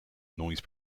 noise